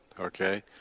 Okay